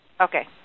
Okay